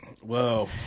whoa